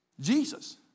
Jesus